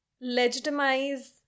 legitimize